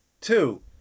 Two